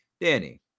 Danny